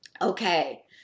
okay